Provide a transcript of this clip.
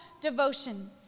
devotion